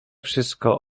wszystko